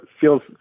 feels